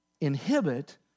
inhibit